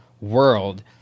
world